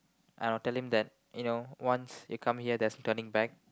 I will tell them that you know once you come here there's turning back